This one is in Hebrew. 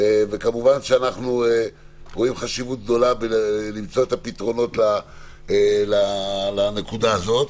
כמובן שאנחנו רואים חשיבות גדולה במציאת הפתרונות לנקודה הזאת,